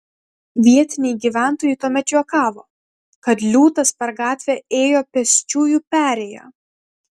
vietiniai gyventojai tuomet juokavo kad liūtas per gatvę ėjo pėsčiųjų perėja